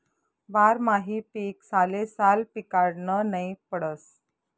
बारमाही पीक सालेसाल पिकाडनं नै पडस